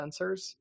sensors